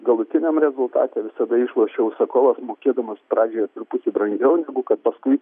galutiniam rezultate visada išlošia užsakovas mokėdamas pradžioje truputį brangiau negu kad paskui